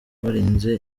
barinze